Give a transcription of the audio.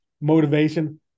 motivation